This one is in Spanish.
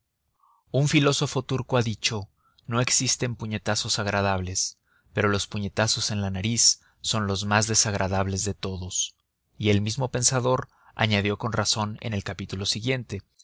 un filósofo turco ha dicho no existen puñetazos agradables pero los puñetazos en la nariz son los más desagradables de todos y el mismo pensador añadió con razón en el capítulo siguiente